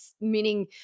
Meaning